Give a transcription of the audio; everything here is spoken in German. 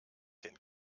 den